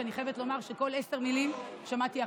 שאני חייבת לומר שמכל עשר מילים שמעתי אחת.